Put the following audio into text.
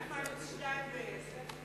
מה עם ערוץ-2 וערוץ-10?